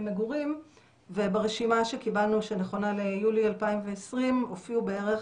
מגורים וברשימה שקיבלנו שנכונה ליולי 2020 הופיעו בערך